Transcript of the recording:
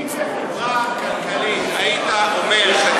אם בחברה כלכלית היית אומר: